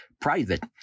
private